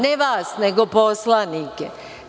Ne vas, nego poslanike.